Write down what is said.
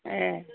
ए